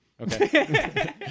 Okay